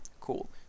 Cool